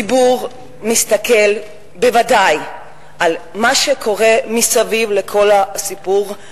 הציבור מסתכל בוודאי על מה שקורה מסביב לכל הסיפור,